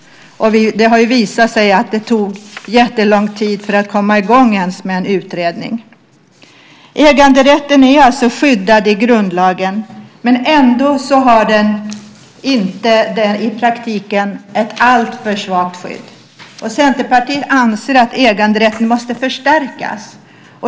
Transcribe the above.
Det har visat sig att det tog jättelång tid att ens komma i gång med en utredning. Äganderätten är skyddad i grundlagen, men ändå har den i praktiken ett alltför svagt skydd. Centerpartiet anser att äganderätten måste förstärkas.